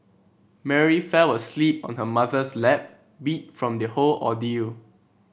Mary fell asleep on her mother's lap beat from the whole ordeal